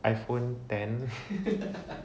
iphone ten